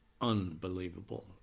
unbelievable